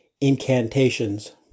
incantations